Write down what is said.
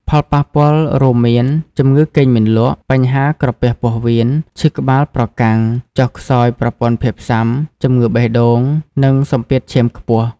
ផលប៉ះពាល់រួមមាន ជំងឺគេងមិនលក់ បញ្ហាក្រពះពោះវៀន ឈឺក្បាលប្រកាំង ចុះខ្សោយប្រព័ន្ធភាពស៊ាំ ជំងឺបេះដូង និងសម្ពាធឈាមខ្ពស់។